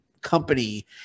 company